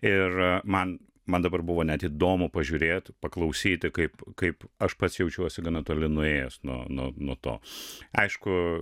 ir man man dabar buvo net įdomu pažiūrėt paklausyti kaip kaip aš pats jaučiuosi gana toli nuėjęs nuo nuo nuo to aišku